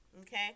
Okay